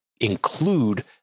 include